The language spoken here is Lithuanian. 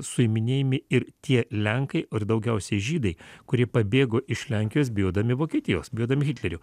suiminėjami ir tie lenkai daugiausiai žydai kurie pabėgo iš lenkijos bijodami vokietijos vedami hitlerio